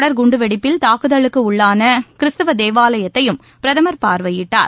தொடர் குண்டுவெடிப்பில் தாக்குதலுக்கு உள்ளான கிறிஸ்தவ தேவாலயத்தையும் பிரதமர் பார்வையிட்டார்